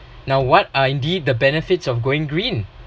now what are indeed the benefits of going green